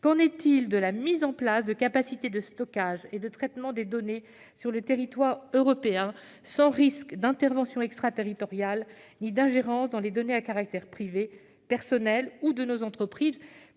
la possibilité de mettre en place des capacités de stockage et de traitement des données sur le territoire européen sans risque d'intervention extraterritoriale ni d'ingérence dans les données à caractère privé, personnelles ou de nos entreprises,